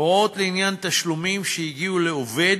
הוראות לעניין תשלומים שהגיעו לעובד